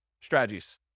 strategies